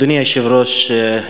אדוני היושב-ראש,